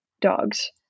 dogs